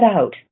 out